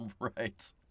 Right